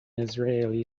israeli